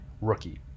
rookie